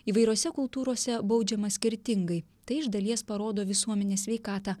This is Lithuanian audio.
įvairiose kultūrose baudžiama skirtingai tai iš dalies parodo visuomenės sveikatą